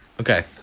okay